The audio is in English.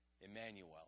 Emmanuel